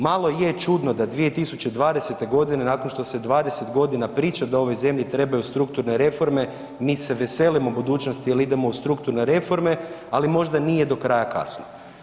Malo je čudno da 2020. g. nakon što se 20 godina priča da ovoj zemlji trebaju strukturne reforme, mi se veselimo budućnosti jer idemo u strukturne reforme, ali možda nije do kraja kasno.